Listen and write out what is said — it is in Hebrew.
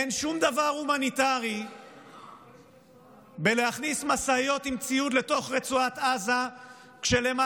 אין שום דבר הומניטרי בלהכניס משאיות עם ציוד לתוך רצועת עזה כשלמעלה